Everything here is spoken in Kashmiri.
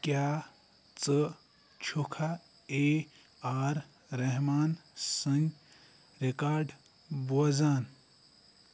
کیٛاہ ژٕ چھُکھا اے آر رحمان سٕنٛدۍ ریکاڈ بوزان